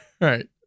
Right